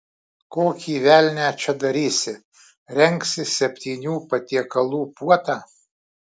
kokį velnią čia darysi rengsi septynių patiekalų puotą